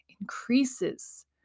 increases